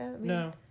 no